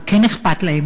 או כן אכפת להם,